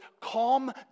calm